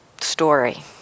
story